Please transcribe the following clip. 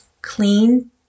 clean